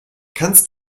kannst